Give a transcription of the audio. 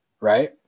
right